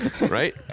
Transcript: right